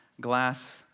glass